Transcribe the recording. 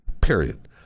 period